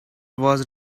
was